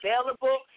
available